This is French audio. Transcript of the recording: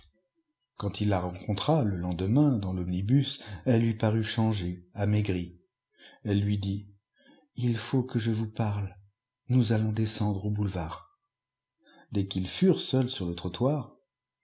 quand il la rencontra le lendemain dans l'omnibus elle lui parut changée amaigrie elle lui dit ii faut que je vous parle nous allons descendre au boulevard dès qu'ils furent seuls sur le trottoir